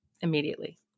immediately